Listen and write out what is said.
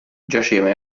giaceva